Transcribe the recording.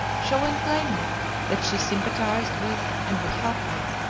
showing plainly that she sympathized with and would help her.